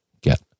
get